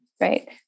right